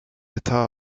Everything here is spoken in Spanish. estaba